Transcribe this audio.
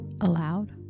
aloud